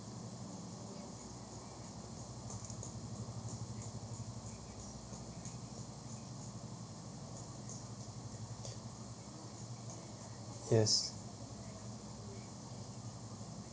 yes